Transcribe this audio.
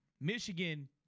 Michigan –